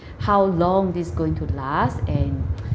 how long this going to last and